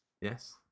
Yes